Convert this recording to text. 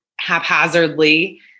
haphazardly